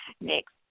next